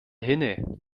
hinne